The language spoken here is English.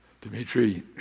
Dimitri